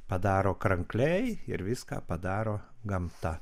padaro krankliai ir viską padaro gamta